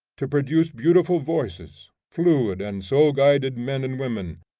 to produce beautiful voices, fluid and soul-guided men and women.